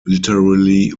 literally